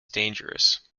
dangerous